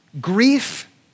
grief